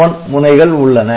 AN1 முனைகள் உள்ளன